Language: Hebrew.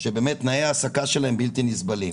שתנאי העסקה שלהם הם בלתי נסבלים.